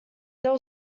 there